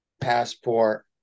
passport